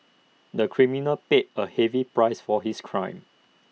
the criminal paid A heavy price for his crime